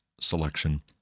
selection